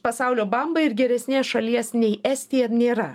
pasaulio bamba ir geresnės šalies nei estija nėra